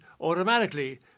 automatically